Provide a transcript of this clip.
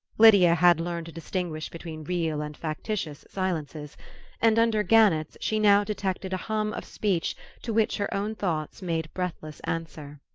lydia had learned to distinguish between real and factitious silences and under gannett's she now detected a hum of speech to which her own thoughts made breathless answer.